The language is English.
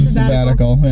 sabbatical